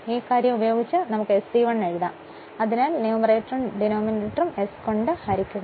ഈ കാര്യം ഉപയോഗിച്ച് നമുക്ക് SE1 എഴുതാം അതിനാൽ ന്യൂമറേറ്ററും ഡിനോമിനേറ്ററും s കൊണ്ട് ഹരിക്കുക